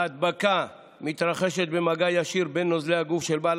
ההדבקה מתרחשת במגע ישיר בין נוזלי הגוף של בעל